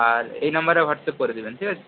আর এই নাম্বারে হোয়াটসঅ্যাপ করে দেবেন ঠিক আছে